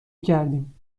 کردیم